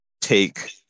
take